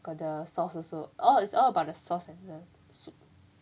got the sauce also all orh it's all about the sauce and the soup